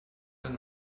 and